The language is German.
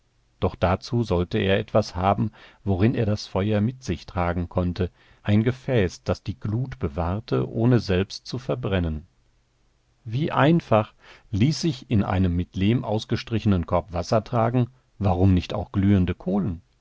doch dazu sollte er etwas haben worin er das feuer mit sich tragen konnte ein gefäß das die glut bewahrte ohne selbst zu verbrennen wie einfach ließ sich in einem mit lehm ausgestrichenen korb wasser tragen warum nicht auch glühende kohlen